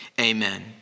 Amen